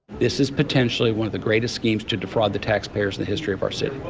this is potentially one of the greatest schemes to defraud the taxpayers the history of our